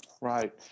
Right